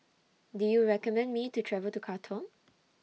Do YOU recommend Me to travel to Khartoum